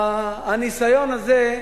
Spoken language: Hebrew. הניסיון הזה,